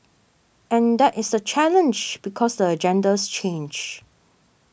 and that is the challenge because the agendas change